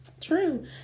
true